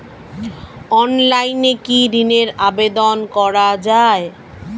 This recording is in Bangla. অনলাইনে কি ঋনের আবেদন করা যায়?